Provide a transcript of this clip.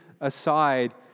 aside